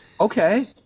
okay